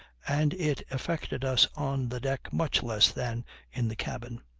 and it affected us on the deck much less than in the cabin.